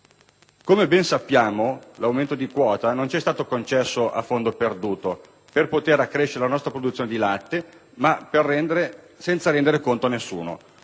Come ben sappiamo, l'aumento di quota non ci è stato concesso a fondo perduto per poter accrescere la nostra produzione di latte senza rendere conto a nessuno.